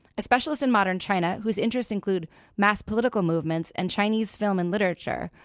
a specialist in modern china whose interests include mass political movements, and chinese film and literature,